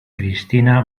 cristina